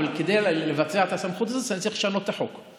אבל כדי לבצע את הסמכות הזאת אני צריך לשנות את החוק,